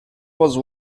was